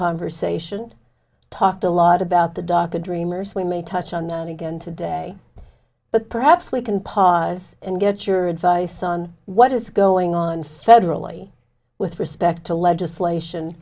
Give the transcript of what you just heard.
conversation talked a lot about the dhaka dreamers we may touch on that again today but perhaps we can pause and get your advice on what is going on federally with respect to legislation